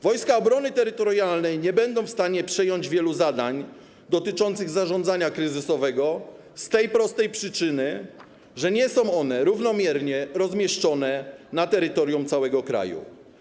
Wojska Obrony Terytorialnej nie będą w stanie przejąć wielu zadań dotyczących zarządzania kryzysowego z tej prostej przyczyny, że nie są one równomiernie rozmieszczone na terytorium całego kraju.